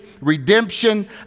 redemption